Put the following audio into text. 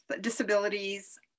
disabilities